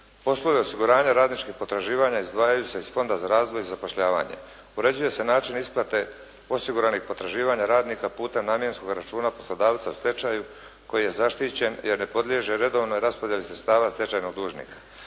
Poslovi osiguranja radničkih potraživanja izdvajaju se iz Fonda za razvoj i zapošljavanje. Uređuje se način isplate osiguranih potraživanja radnika putem namjenskog računa poslodavca u stečaju koji je zaštićen jer ne podliježe redovnoj raspodjeli sredstava stečajnog dužnika.